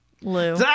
Lou